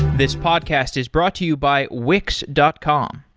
this podcast is brought to you by wix dot com.